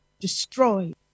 destroyed